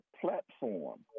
platform